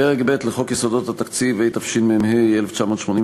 פרק ג' לחוק יסודות התקציב, התשמ"ה 1985,